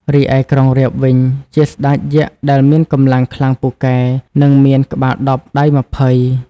រីឯក្រុងរាពណ៍វិញ ជាស្ដេចយក្សដែលមានកម្លាំងខ្លាំងពូកែ និងមានក្បាលដប់ ដៃម្ភៃ ។